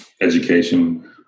education